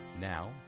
Now